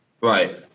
Right